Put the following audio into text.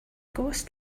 ghost